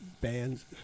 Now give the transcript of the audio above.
bands